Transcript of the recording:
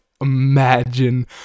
imagine